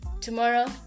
tomorrow